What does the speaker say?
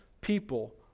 people